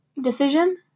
decision